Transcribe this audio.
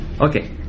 Okay